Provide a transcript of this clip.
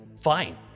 fine